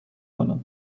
کنم